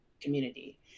community